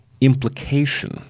implication